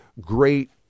great